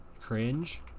cringe